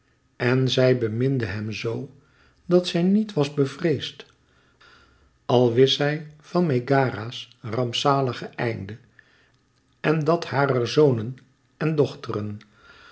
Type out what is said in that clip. en zij beminde hem zoo dat zij niet was bevreesd al wist zij van megara's rampzalige einde en dat harer zonen en dochteren